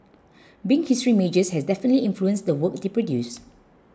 being history majors has definitely influenced the work they produce